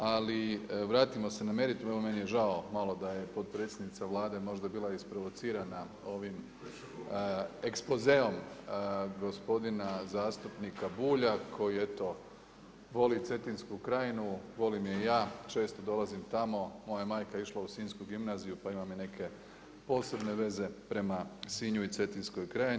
Ali vratimo se na meritum, evo meni je žao da je malo potpredsjednica Vlade možda bila isprovocirana ovim ekspozeom gospodina zastupnika Bulja koji eto voli Cetinsku krajinu, volim je i ja, često dolazim tamo, moja majka je išla u sinjsku gimnaziju pa imam i neke posebne veze prema Sinju i Cetinskoj krajini.